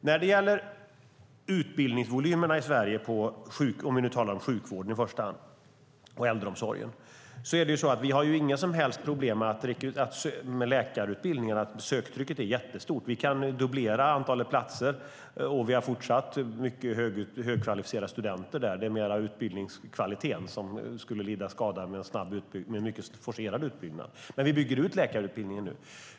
När det gäller utbildningsvolymerna i Sverige, om vi nu talar om sjukvården och äldreomsorgen i första hand, har vi inga som helst problem med läkarutbildningarna. Söktrycket är jättestort. Vi skulle kunna dubblera antalet platser och fortfarande ha högkvalificerade studenter. Det är mer utbildningskvaliteten som skulle lida skada av en mycket forcerad utbyggnad. Men vi bygger ut läkarutbildningen nu.